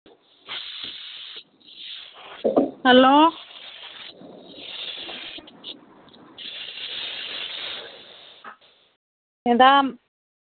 hello madam